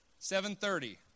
7.30